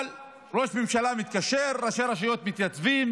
אבל ראש הממשלה מתקשר, ראשי הרשויות מתייצבים.